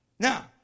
Now